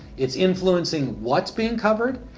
is influencing what is being covered,